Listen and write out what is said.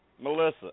Melissa